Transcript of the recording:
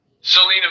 Selena